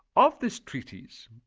of this treatise,